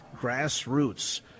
grassroots